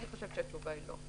אני חושבת שהתשובה היא לא.